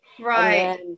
right